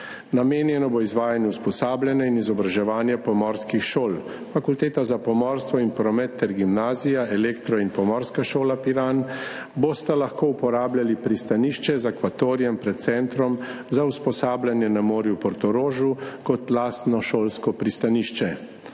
Namenjeno bo izvajanju usposabljanja in izobraževanja pomorskih šol. Fakulteta za pomorstvo in promet ter Gimnazija, elektro in pomorska šola Piran bosta lahko uporabljali pristanišče z akvatorijem pred Centrom za usposabljanje na morju v Portorožu kot lastno šolsko pristanišče.